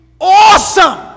awesome